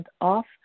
off